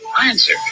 answer